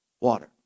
water